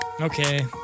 Okay